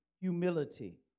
Humility